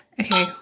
Okay